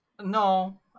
No